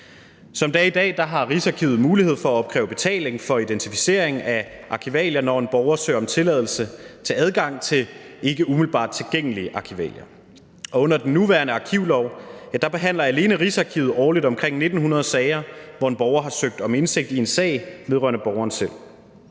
Som det er i dag, har Rigsarkivet mulighed for at opkræve betaling for identificering af arkivalier, når en borger søger om tilladelse til adgang til ikke umiddelbart tilgængelige arkivalier. Under den nuværende arkivlov behandler alene Rigsarkivet årligt omkring 1.900 sager, hvor en borger har søgt om indsigt i en sag vedrørende borgeren selv.